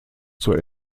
zur